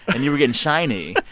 and you were getting shiny.